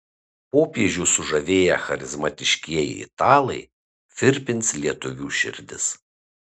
popiežių sužavėję charizmatiškieji italai virpins lietuvių širdis